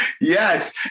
yes